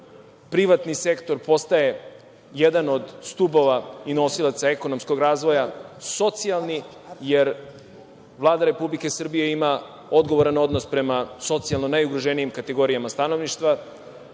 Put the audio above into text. Privatni sektor postaje jedan od stubova i nosilaca ekonomskog razvoja. Socijalni je jer Vlada Republike Srbije ima odgovoran odnos prema socijalno najugroženijim kategorijama stanovništva,